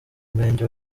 murenge